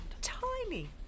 Tiny